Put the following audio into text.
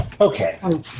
Okay